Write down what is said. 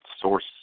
source